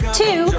two